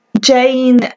Jane